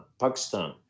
pakistan